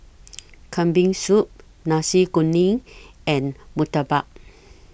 Kambing Soup Nasi Kuning and Murtabak